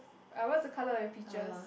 uh what's the colour of your peaches